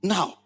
Now